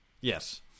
Yes